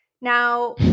Now